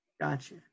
Gotcha